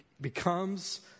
becomes